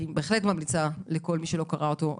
אני בהחלט ממליצה לכל מי שלא קרא אותו,